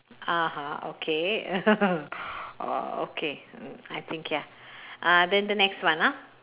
ah ha okay oh okay I think ya uh then the next one ah